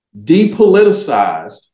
depoliticized